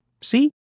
See